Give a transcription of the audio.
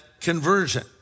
conversion